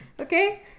Okay